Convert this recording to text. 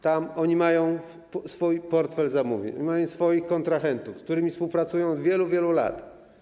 Tam oni mają swój portfel zamówień, mają swoich kontrahentów, z którymi współpracują od wielu, wielu lat.